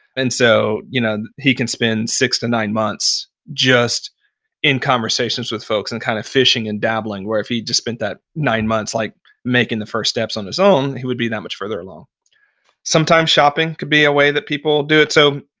and so, you know he can spend six to nine months just in conversations with folks and kind of fishing and dabbling, where if he just spent that nine months like making the first steps on his own, he would be that much further along sometimes, shopping could be a way that people do it. so,